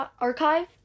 Archive